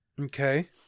Okay